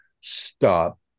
Stop